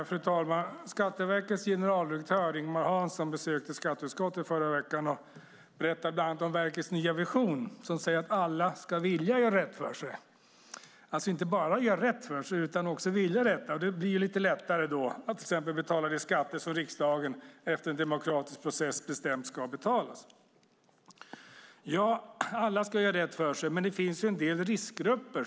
Fru talman! Skatteverkets generaldirektör Ingemar Hansson besökte skatteutskottet förra veckan och berättade bland annat om verkets nya vision som säger att alla ska vilja göra rätt för sig, alltså inte bara göra rätt för sig utan också vilja detta. Det blir då lite lättare att till exempel betala de skatter som riksdagen efter en demokratisk process har bestämt ska betalas. Ja, alla ska göra rätt för sig, men det finns en del riskgrupper.